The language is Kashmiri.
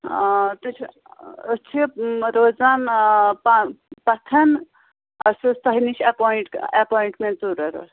آ تُہۍ چھِو أسۍ چھِ روزان آ پا پَتھ اَسہِ اوس تۄہہِ نِش ایپوِاینٛٹ ایپوِانٛٹمٮ۪نٛٹ ضروٗرت